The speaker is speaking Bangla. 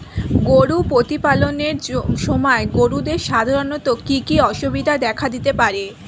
গরু প্রতিপালনের সময় গরুদের সাধারণত কি কি অসুবিধা দেখা দিতে পারে?